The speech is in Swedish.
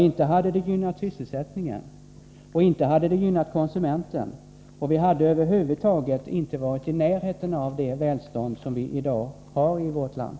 Inte hade det gynnat sysselsättningen och inte hade det gynnat konsumenten, och vi hade över huvud taget inte varit i närheten av det välstånd som vi i dag har i vårt land.